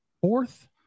fourth